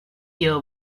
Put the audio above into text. ear